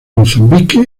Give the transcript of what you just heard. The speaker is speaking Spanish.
mozambique